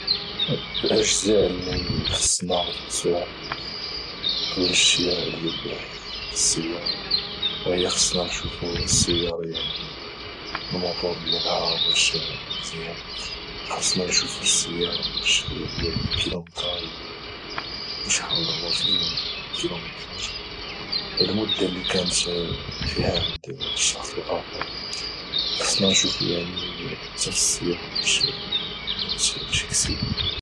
الاجزاء اللي خصنا نفحصوها قبل الشراء ديال السياره وهي خصنا نشوفوا السياره يعني الموتور ديالها واش مزيان خاصنا نشوفوا السياره واش يعني الكيلومتراج ديالها وشحال ضربات ديال الكيلومتراج المده اللي كانت فيها عن الشخص الاخر خصنا نشوفو يعني حتى في السياره واش ما عمرها دارت شي كسيده